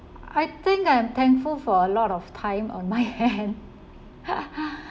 I think I am thankful for a lot of time on my hand